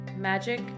magic